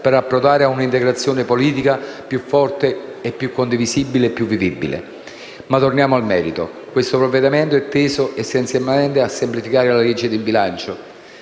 per approdare a una integrazione politica più forte, più condivisibile e più vivibile. Ma torniamo al merito. Questo provvedimento è teso essenzialmente a semplificare la legge di bilancio,